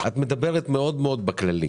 את מדברת מאוד מאוד בכללי.